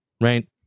right